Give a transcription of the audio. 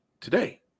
today